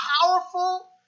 powerful